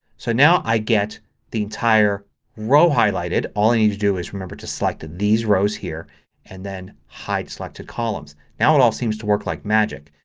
so now i get the entire row highlighted. all i need to do is remember to select these rows here and then hide selected columns. now it all seems to work like magic.